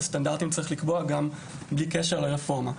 הסטנדרטים צריכים להיקבע גם בלי קשר לרפורמה.